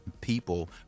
people